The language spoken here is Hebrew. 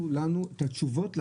שייתנו לנו את התשובות.